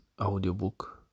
audiobook